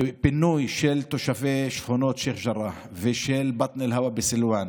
ופינוי של תושבי שכונות שייח' ג'ראח ושל בטן אל-הווא בסילוואן